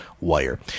wire